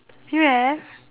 you have